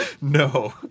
No